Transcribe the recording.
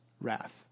wrath